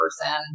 person